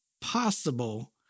possible